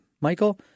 Michael